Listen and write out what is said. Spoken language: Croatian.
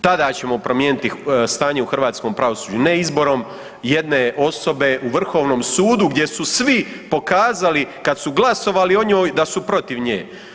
Tada ćemo promijeniti stanje u hrvatskom pravosuđu, ne izborom jedne osobe u vrhovnom sudu gdje su svi pokazali kad su glasovali o njoj da su protiv nje.